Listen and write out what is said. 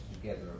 together